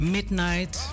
Midnight